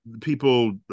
people